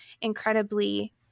incredibly